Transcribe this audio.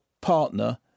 partner